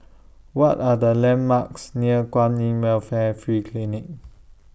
What Are The landmarks near Kwan in Welfare Free Clinic